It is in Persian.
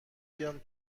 بیام